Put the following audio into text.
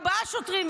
ארבעה שוטרים,